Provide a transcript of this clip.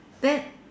then